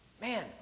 man